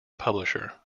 publisher